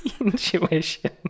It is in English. Intuition